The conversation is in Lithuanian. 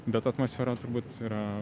bet atmosfera turbūt yra